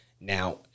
Now